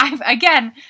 Again